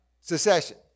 secession